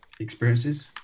experiences